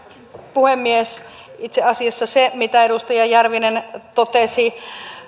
puhemies itse asiassa se mitä edustaja järvinen totesi